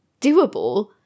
doable